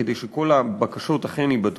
כדי שכל הבקשות אכן ייבדקו,